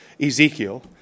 Ezekiel